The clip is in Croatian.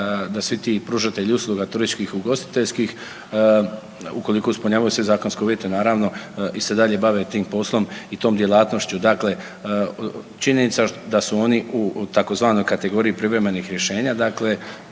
da svi ti pružatelji usluga turističkih i ugostiteljskim ukoliko ispunjavaju sve zakonske usluge naravno i se dalje bave tim poslom i tom djelatnošću. Dakle, činjenica da su oni u tzv. kategoriji privremenih rješenja dakle